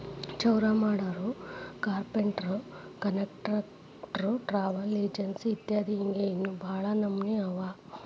ಚೌರಾಮಾಡೊರು, carpenter, contractor, travel agent ಇತ್ಯದಿ ಹಿಂಗ್ ಇನ್ನೋ ಭಾಳ್ ನಮ್ನೇವ್ ಅವ